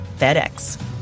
FedEx